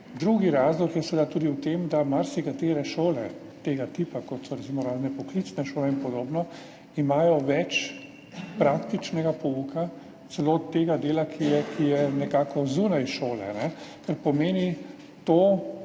Drugi razlog je seveda tudi v tem, da imajo marsikatere šole tega tipa, kot so recimo razne poklicne šole in podobno, več praktičnega pouka, celo tega dela, ki je nekako zunaj šole. Kar pomeni,